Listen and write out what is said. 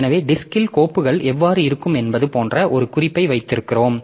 எனவே டிஸ்க்ல் கோப்புகள் எவ்வாறு இருக்கும் என்பது போன்ற ஒரு குறிப்பை வைத்திருக்கிறோம்